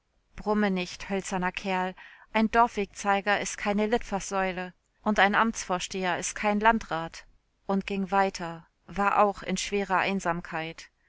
brumme nicht hölzerner kerl ein dorfwegzeiger is keine litfaßsäule und ein amtsvorsteher is kein landrat und ging weiter war auch in schwerer einsamkeit